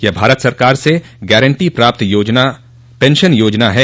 यह भारत सरकार से गारण्टी प्राप्त पेंशन योजना है